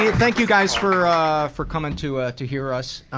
and thank you guys for ah for coming to ah to hear us.